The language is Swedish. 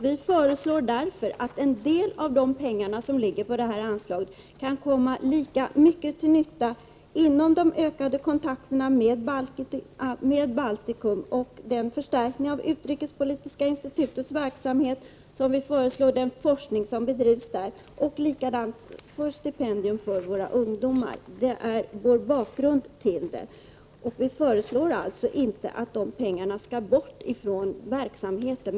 Vi föreslår därför att en del av de pengar som ligger i anslaget kan komma lika mycket till nytta i de tätare kontakterna med Baltikum, för förstärkning av Utrikespolitiska institutets verksamhet och den forskning som bedrivs där och för stipendier till våra ungdomar. Detta är vår bakgrund till reservationen. Vi föreslår alltså inte att de pengarna skall bort från verksamheten.